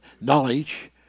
knowledge